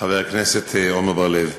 חבר הכנסת עמר בר-לב,